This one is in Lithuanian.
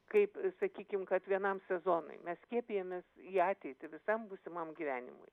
kaip sakykim kad vienam sezonui mes skiepijamės į ateitį visam būsimam gyvenimui